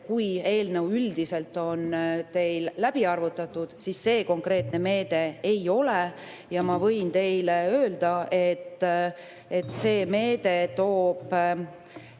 Kui eelnõu üldiselt on teil läbi arvutatud, siis see konkreetne meede ei ole. Ja ma võin teile öelda, et see meede toob